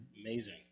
Amazing